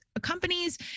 companies